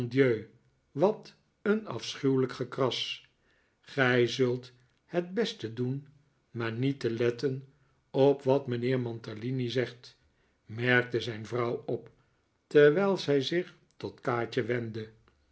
wat een afschuwelijk gekras gij zult het beste doen maar niet te letten op wat mijnheer mantalini zegt merkte zijn vrouw op terwijl zij zich tot kaatje wendde